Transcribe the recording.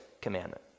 commandment